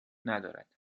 ندارد